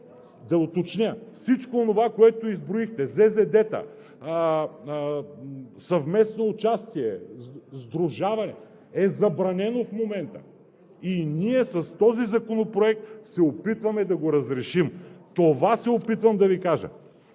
Да уточня: всичко онова, което изброихте – ЗЗД-та, съвместно участие, сдружаване е забранено в момента и ние с този законопроект се опитваме да го разрешим. Това се опитвам да Ви кажа.